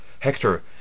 hector